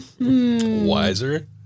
Wiser